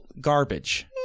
garbage